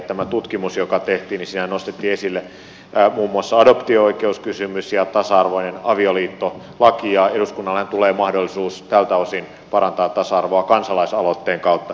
tässä tutkimuksessa joka tehtiin nostettiin esille muun muassa adoptio oikeuskysymys ja tasa arvoinen avioliittolaki ja eduskunnallehan tulee mahdollisuus tältä osin parantaa tasa arvoa kansalaisaloitteen kautta